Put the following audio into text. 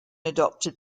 adopted